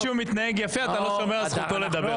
מתנהג יפה אתה לא שומר על זכותו לדבר.